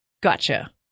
Gotcha